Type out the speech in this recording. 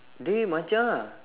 dey macha